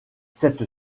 cette